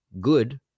good